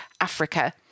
Africa